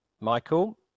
Michael